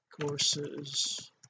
courses